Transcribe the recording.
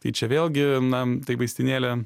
tai čia vėlgi na tai vaistinėlė